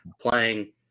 playing